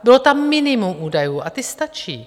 Bylo tam minimum údajů a ty stačí.